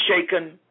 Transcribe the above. shaken